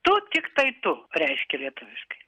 tu tiktai tu reiškia lietuviškai